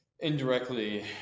Indirectly